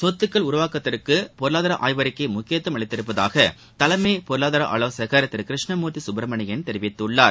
சொத்துக்கள் உருவாக்கத்திற்கு பொருளாதார ஆய்வறிக்கை முக்கியத்துவம் அளித்திருப்பதாக தலைமை பொருளாதார ஆலோசகர் திரு கிருஷ்ணமூர்த்தி சுப்பிரமணியன் தெரிவித்துள்ளார்